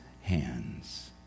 hands